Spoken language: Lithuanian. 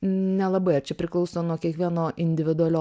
nelabai ar čia priklauso nuo kiekvieno individualio